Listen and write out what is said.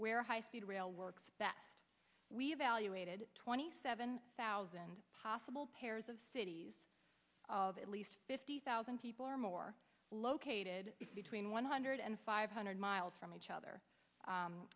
where high speed rail works best we evaluated twenty seven thousand possible pairs of cities of at least fifty thousand people or more located between one hundred and five hundred miles from each other